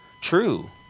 True